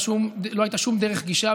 לא הייתה שום דרך גישה.